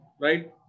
right